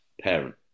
parent